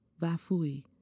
Vafui